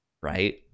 right